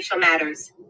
matters